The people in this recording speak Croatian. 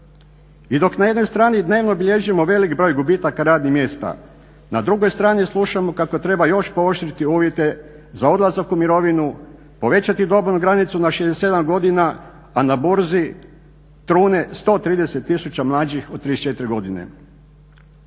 I dok na jednoj strani dnevno bilježimo velik broj gubitaka radnih mjesta na drugoj strani slušamo kako treba još pooštriti uvjete za odlazak u imovinu, povećati dobnu granicu na 67 godina a na burzi trune 130 tisuća od 34 godine.